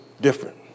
different